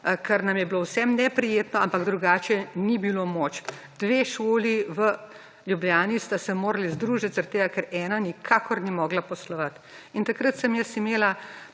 kar nam je bilo vsem neprijetno, ampak drugače ni bilo moč. Dve šoli v Ljubljani sta se morali združiti zaradi tega, ker ena nikakor ni mogla poslovati. In takrat sem jaz imela